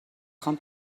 خوام